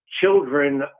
children